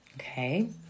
Okay